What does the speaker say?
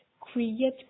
Create